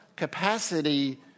Capacity